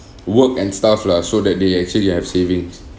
work and stuff lah so that they actually have savings